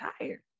tired